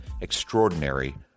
extraordinary